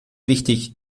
wichtig